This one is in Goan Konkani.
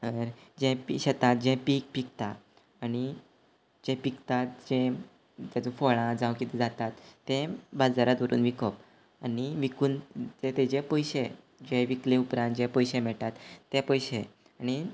जें पी शेता जें पीक पिकता आनी जें पिकताच जें तेजो फळां जावं कितें जातात तें बाजारांत व्हरून विकोप आनी विकून ते तेजे पयशे जे विकले उपरान जे पयशे मेळटात ते पयशे आनी